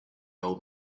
old